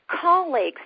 colleagues